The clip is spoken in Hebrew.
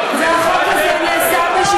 זה חוק של זועבי.